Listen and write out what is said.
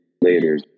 later